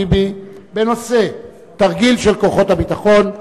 טיבי בנושא: תרגיל של כוחות הביטחון.